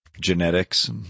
Genetics